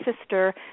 sister